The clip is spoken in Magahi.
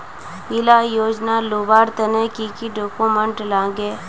इला योजनार लुबार तने की की डॉक्यूमेंट लगे?